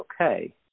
okay